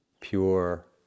pure